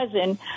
cousin